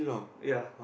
ya